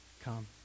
come